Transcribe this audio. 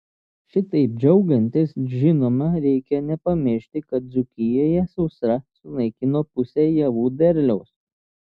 šitaip džiaugiantis žinoma reikia nepamiršti kad dzūkijoje sausra sunaikino pusę javų derliaus